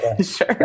Sure